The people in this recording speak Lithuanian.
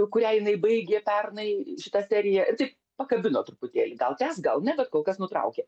kurią jinai baigė pernai šitą seriją taip pakabino truputėlį gal tęs gal ne bet kol kas nutraukė